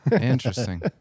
Interesting